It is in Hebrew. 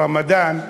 ברמדאן,